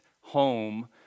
home